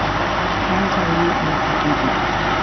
but i can tell you what happens next.